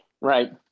Right